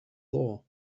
laws